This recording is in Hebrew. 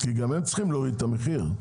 גם הם צריכים להוריד את המחיר,